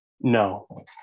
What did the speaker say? No